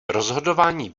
rozhodování